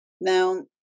Now